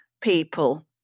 people